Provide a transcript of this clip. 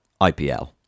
IPL